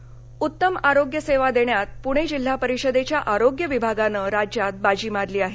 दिलीप माने उत्तम आरोग्यसेवा देण्यात पुणे जिल्हा परिषदेच्या आरोग्य विभागानं राज्यात बाजी मारली आहे